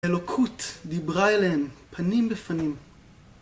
אלוקות דיברה אליהם פנים בפנים.